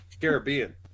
Caribbean